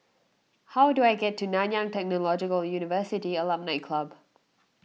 how do I get to Nanyang Technological University Alumni Club